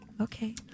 okay